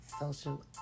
social